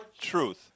truth